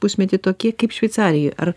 pusmetį tokie kaip šveicarijoj ar